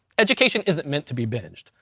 education isn't meant to be binged,